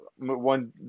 one